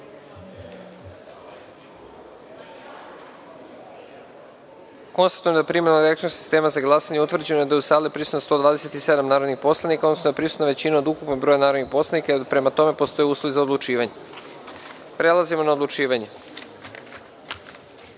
glasanje. Konstatujem da je, primenom elektronskog sistema za glasanje, utvrđeno da je u sali prisutno 127 narodnih poslanika, odnosno da je prisutna većina od ukupnog broja narodnih poslanika i da, prema tome, postoje uslovi za odlučivanje. Prelazimo na odlučivanje